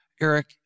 Eric